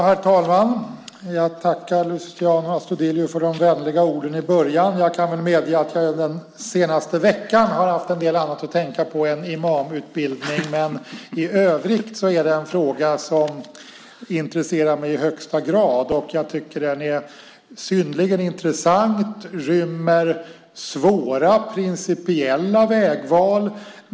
Herr talman! Jag tackar Luciano Astudillo för de vänliga orden i början. Jag kan medge att jag under den senaste veckan har haft en del annat att tänka på än imamutbildning. Men i övrigt är det en fråga som intresserar mig i högsta grad. Jag tycker att den är synnerligen intressant. Den rymmer svåra principiella vägval.